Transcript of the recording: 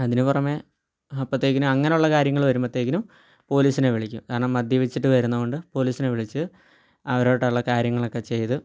അതിന് പുറമെ അപ്പോഴ്ത്തേക്കിനും അങ്ങനുള്ള കാര്യങ്ങൾ വരുമ്പോഴ്ത്തേക്കിനും പോലീസിനെ വിളിക്കും കാരണം മദ്യപിച്ചിട്ട് വരുന്ന കൊണ്ട് പോലീസിനെ വിളിച്ച് അവരായിട്ടുള്ള കാര്യങ്ങളൊക്കെ ചെയ്ത്